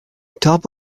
top